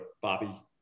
Bobby